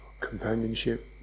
Companionship